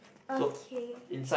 okay